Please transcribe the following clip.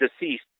deceased